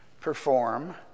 perform